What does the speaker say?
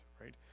right